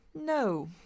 No